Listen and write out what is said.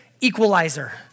equalizer